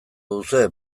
duzue